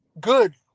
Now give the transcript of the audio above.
good